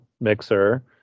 mixer